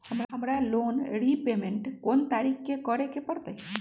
हमरा loan repayment कोन तारीख के करे के परतई?